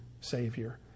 Savior